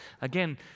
again